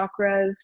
chakras